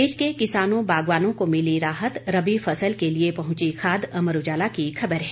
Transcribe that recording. प्रदेश के किसानों बागवानों को मिली राहत रबी फसल के लिये पहुंची खाद अमर उजाला की खबर है